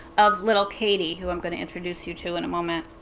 of little katie, who i'm going to introduce you to in a moment.